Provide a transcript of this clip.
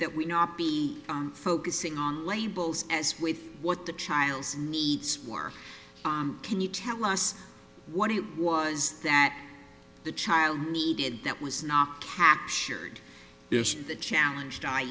that we not be focusing on labels as with what the child's needs for can you tell us what it was that the child needed that was not captured is the challenge